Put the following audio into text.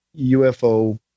ufo